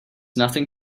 nothing